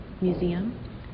museum